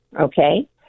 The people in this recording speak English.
okay